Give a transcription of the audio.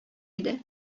иде